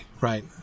right